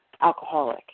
alcoholic